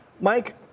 Mike